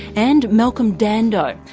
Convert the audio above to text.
and malcolm dando,